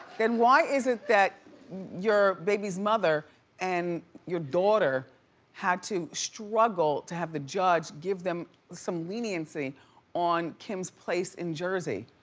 then why is it that your baby's mother and your daughter had to struggle to have the judge give them some leniency on kim's place in jersey?